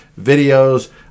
videos